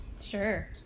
Sure